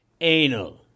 anal